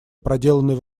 проделанной